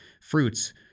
Fruits